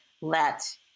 Let